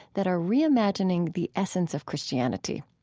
that are reimagining the essence of christianity.